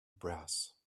brass